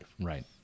Right